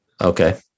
Okay